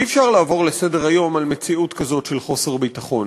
אי-אפשר לעבור לסדר-היום על מציאות כזאת של חוסר ביטחון.